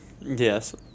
Yes